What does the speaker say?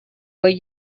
but